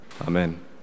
Amen